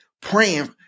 praying